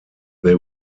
they